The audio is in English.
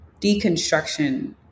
deconstruction